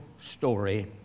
story